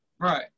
right